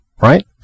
right